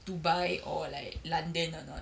dubai or like london or not